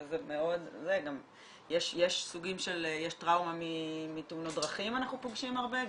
וגם יש טראומה מתאונות דרכים שאנחנו פוגשים הרבה.